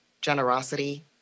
generosity